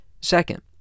Second